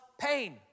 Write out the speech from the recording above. pain